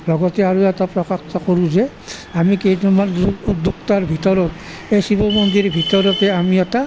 লগতে আৰু এটা প্ৰত্যক্ষ কৰোঁ যে আমি কেইটামান যুক্তৰ ভিতৰত এই শিৱ মন্দিৰৰ ভিতৰতেই আমি এটা